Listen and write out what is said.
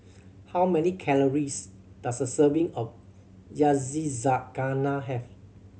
how many calories does a serving of Yakizakana have